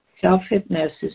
self-hypnosis